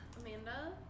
Amanda